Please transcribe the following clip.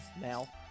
now